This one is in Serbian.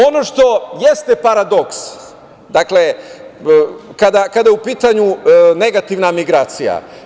Ono što jeste paradoks, kada je u pitanju negativna migracija.